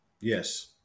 Yes